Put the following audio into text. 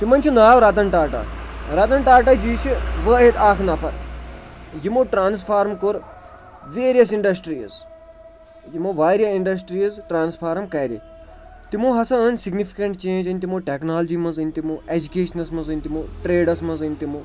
تِمَن چھِ ناو رَتَن ٹاٹا رَتَن ٹاٹا جی چھِ وٲحِد اَکھ نَفَر یِمو ٹرٛانٕسفارم کوٚر ویریَس اِنڈَسٹِرٛیٖز یِمو واریاہ اِنڈَسٹرٛیٖز ٹرٛانٕسفارٕم کَرِ تِمو ہَسا أنۍ سِگنِفِکٮ۪نٛٹ چینٛج أنۍ تِمو ٹٮ۪کنالجی منٛز أنۍ تِمو ایجوٗکیشنَس منٛز أنۍ تِمو ٹرٛیڈَس منٛز أنۍ تِمو